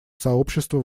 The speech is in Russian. сообщества